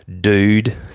dude